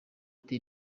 ati